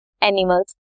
animals